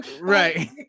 Right